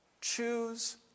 Choose